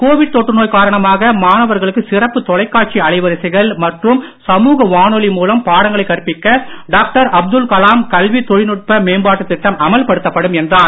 Covid தொற்று நோய் காரணமாக மாணவர்களுக்கு சிறப்பு தொலைக்காட்சி அலைவரிசைகள் மற்றும் சமூக வானொலி மூலம் பாடங்களை கற்பிக்க டாக்டர் அப்துல்கலாம் கல்வி தொழில்நுட்ப மேம்பாட்டு திட்டம் அமல்படுத்தப்படும் என்றார்